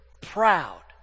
proud